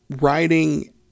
writing